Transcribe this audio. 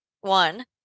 one